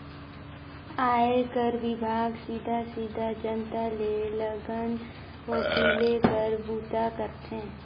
आयकर विभाग सीधा सीधा जनता ले लगान वसूले कर बूता करथे